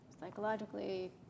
psychologically